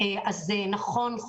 נכון,